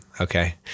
Okay